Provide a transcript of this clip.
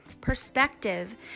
perspective